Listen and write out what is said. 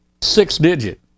six-digit